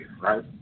right